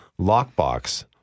lockbox